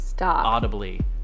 audibly